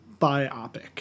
biopic